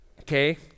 okay